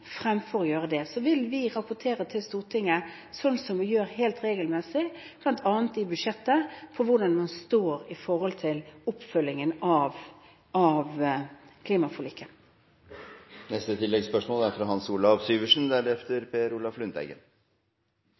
fremfor å gjøre det. Så vil vi rapportere til Stortinget, sånn som vi gjør helt regelmessig, bl.a. i budsjettet, med hensyn til hvor man står i oppfølgingen av klimaforliket. Hans Olav Syversen – til